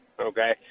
okay